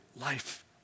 life